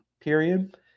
period